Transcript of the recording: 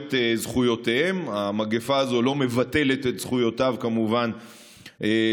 את זכויותיהם המגפה הזו לא מבטלת את זכויותיו של האסיר,